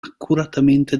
accuratamente